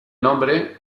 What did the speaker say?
nombre